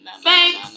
Thanks